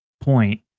point